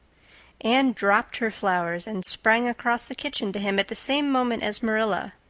anne dropped her flowers and sprang across the kitchen to him at the same moment as marilla.